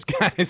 guy's